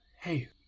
Hey